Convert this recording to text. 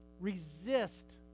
Resist